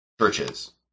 churches